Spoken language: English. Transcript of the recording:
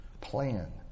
plan